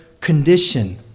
condition